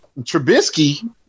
Trubisky